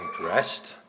dressed